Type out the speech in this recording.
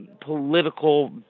political